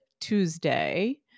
Tuesday